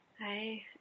Hi